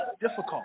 Difficult